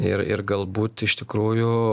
ir ir galbūt iš tikrųjų